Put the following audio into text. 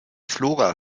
flora